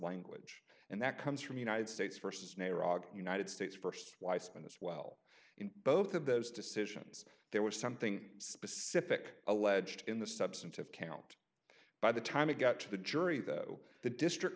language and that comes from united states versus neeraj united states st weisman as well in both of those decisions there was something specific alleged in the substantive count by the time it got to the jury though the district